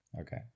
Okay